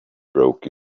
broke